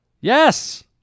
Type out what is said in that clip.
Yes